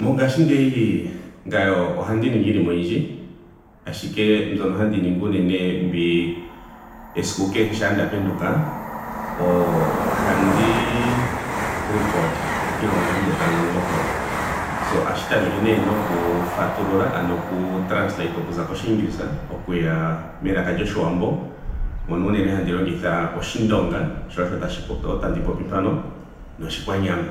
Mongaashingeyi ngame ohandi ningi iinima oyindji. Ashike mbyono handi ningi unene mbi esiku kehe shampa nda penduka o- ohandi record. iilonga nga mbi tamu longo mpo. So ohashi tameke nee noku fatulula. ano oku translate okuza koshiingilisa okuya kelaka lyoshiwambo. Moka unene handi longitha oshindonga sho tashi popi tandi popi mpano noshikwanyama